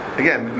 again